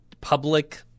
public